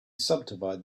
subdivide